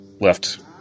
left